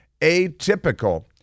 atypical